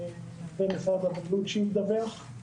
משרד הבריאות ידווח.